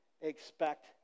expect